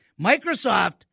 Microsoft